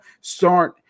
start